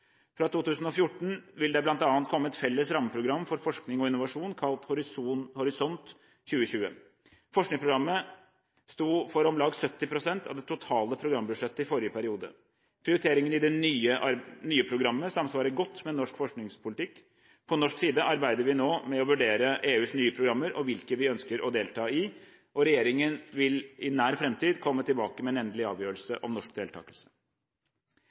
Fra 2014 vil det bl.a. komme et felles rammeprogram for forskning og innovasjon kalt Horisont 2020. Forskningsprogrammet sto for om 1ag 70 pst. av det totale programbudsjettet i forrige periode. Prioriteringene i det nye programmet samsvarer godt med norsk forskningspolitikk. På norsk side arbeider vi nå med å vurdere EUs nye programmer og hvilke vi ønsker å delta i. Regjeringen vil i nær framtid komme tilbake med en endelig avgjørelse om norsk deltakelse.